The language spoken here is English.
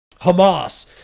Hamas